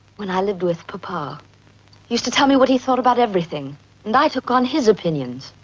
when i lived with papa, he used to tell me what he thought about everything and i took on his opinions.